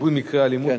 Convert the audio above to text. ריבוי מקרי האלימות, כן.